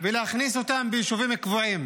ולהכניס אותם ביישובים קבועים.